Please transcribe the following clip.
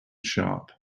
sharp